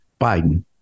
Biden